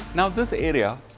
now this area,